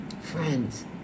Friends